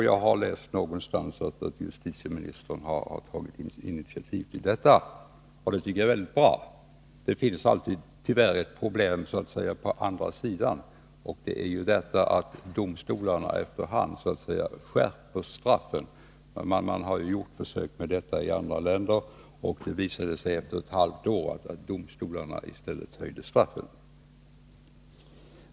Jag har läst någonstans att justitieministern har tagit inititativ till detta, och det tycker jag är mycket bra. Tyvärr finns det dock alltid ett problem i andra änden, nämligen att domstolarna efter hand skärper straffen. Man har gjort försök i andra länder, och det har då efter ett halvt år visat sig att domstolarna i stället har höjt straffen.